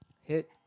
hit